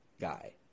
guy